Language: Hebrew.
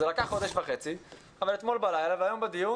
זה לקח חודש וחצי אבל אתמול בלילה והיום בדיון